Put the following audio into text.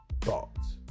thoughts